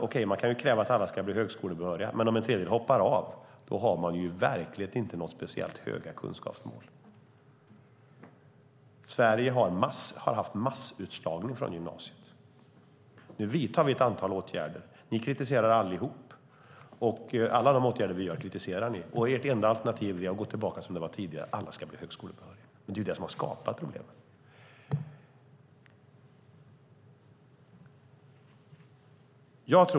Okej, man kan kräva att alla ska bli högskolebehöriga. Men om en tredjedel hoppar av har man i verkligheten inte några speciellt höga kunskapsmål. Sverige har haft massutslagning från gymnasiet. Nu vidtar vi ett antal åtgärder. Ni kritiserar allihop. Ert enda alternativ är att gå tillbaka till hur det var tidigare: Alla ska bli högskolebehöriga. Men det är ju det som har skapat problemet!